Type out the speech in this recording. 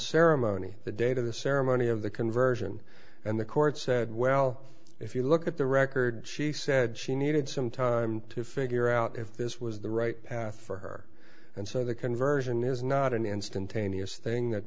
ceremony the date of the ceremony of the conversion and the court said well if you look at the records she said she needed some time to figure out if this was the right path for her and so the conversion is not an instantaneous thing that